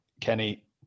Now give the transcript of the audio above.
Kenny